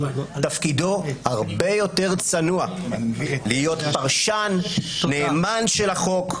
תפקידו הרבה יותר צנוע, להיות פרשן נאמן של החוק,